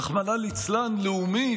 רחמנא לצלן, הלאומית,